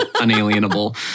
unalienable